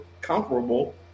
comparable